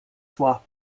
swap